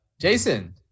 Jason